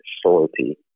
salty